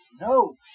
No